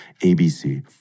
ABC